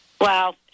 Wow